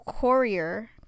courier